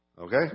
Okay